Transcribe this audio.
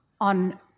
on